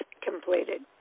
completed